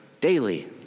daily